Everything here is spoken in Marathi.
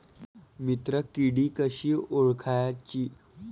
मित्र किडी कशी ओळखाची?